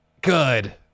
Good